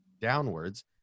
downwards